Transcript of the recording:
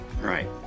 Right